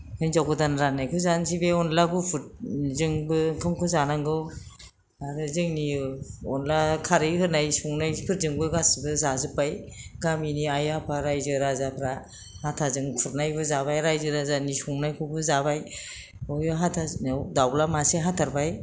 हिनजाव गोदान जानायखौ जानोसै बे अनद्ला गुफुरजोंबो ओंखामखौ जानांगौ आरो जोंनि अनद्ला खारै होनाय संनायफोरजोंबो गासैबो जाजोब्बाय गामिनि आइ आफा राइजो राजाफ्रा हाथाजों खुरनायखौबो जाबाय राइजो राजानि संनायखौबो जाबाय बयबो हाथासुनियाव दाउला मासे हाथारबाय